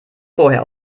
vorher